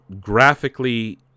graphically